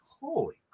holy